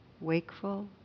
wakeful